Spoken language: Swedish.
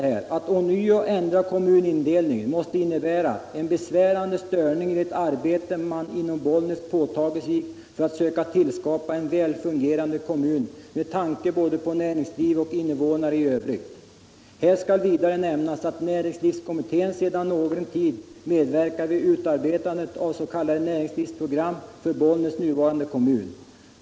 Att nu ånyo ändra kommunindelningen måste innebära en besvärande störning i det arbete man inom Bollnäs påtagit sig för att söka tillskapa en välfungerande kommun med tanke på både näringsliv och invånare i övrigt. Här skall vidare nämnas att Näringslivskommittén sedan någon tid medverkar vid utarbetandet av ett s.k. näringslivsprogram för Bollnäs nuvarande kommun.